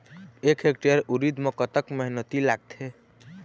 एक हेक्टेयर उरीद म कतक मेहनती लागथे?